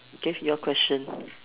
K your question